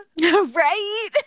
Right